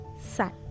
sun